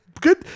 Good